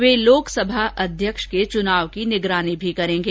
वह लोकसभा अध्यक्ष के चुनाव की निगरानी भी करेंगे